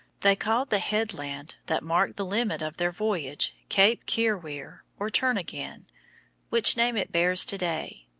they called the headland that marked the limit of their voyage cape keer weer, or turnagain, which name it bears to-day.